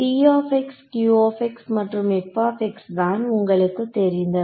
p q மற்றும் f தான் உங்களுக்கு தெரிந்தவை